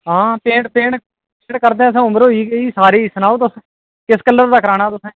आं paint paint करदे उमर होई सारी सनाओ तुस कनेहा कराना तुसें